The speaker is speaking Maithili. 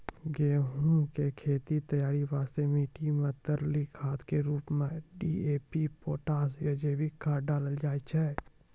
गहूम के खेत तैयारी वास्ते मिट्टी मे तरली खाद के रूप मे डी.ए.पी पोटास या जैविक खाद डालल जाय छै